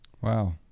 Wow